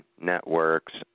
networks